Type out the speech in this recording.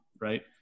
Right